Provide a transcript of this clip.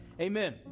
Amen